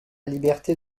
liberté